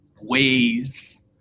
ways